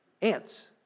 Ants